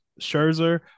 Scherzer